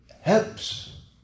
helps